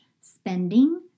spending